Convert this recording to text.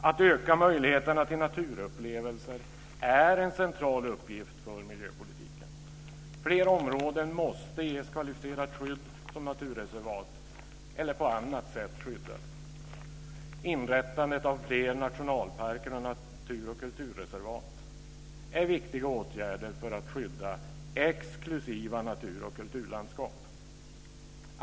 Att öka möjligheterna till naturupplevelser är en central uppgift för miljöpolitiken. Fler områden måste ges kvalificerat skydd som naturreservat eller på annat sätt skyddas. Inrättandet av fler nationalparker och natur och kulturreservat är en viktig åtgärd för att skydda exklusiva natur och kulturlandskap.